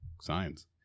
science